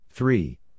Three